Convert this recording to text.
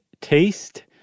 taste